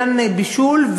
כאן בישול,